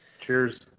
Cheers